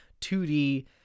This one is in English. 2D